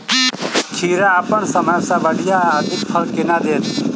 खीरा अप्पन समय सँ बढ़िया आ अधिक फल केना देत?